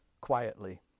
quietly